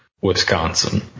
Wisconsin